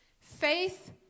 Faith